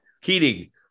Keating